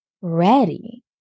ready